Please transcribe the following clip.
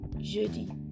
jeudi